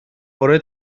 bore